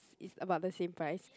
it's about the same price